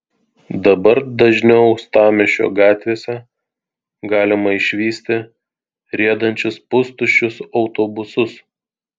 dabar dažniau uostamiesčio gatvėse galima išvysti riedančius pustuščius autobusus